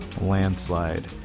Landslide